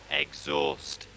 exhaust